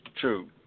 true